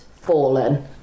fallen